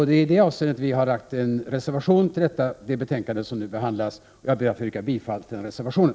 Det är i det avseendet som vi har fogat en reservation till det betänkande som nu behandlas, och jag ber att få yrka bifall till den reservationen.